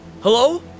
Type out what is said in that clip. Hello